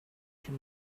can